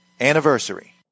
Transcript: anniversary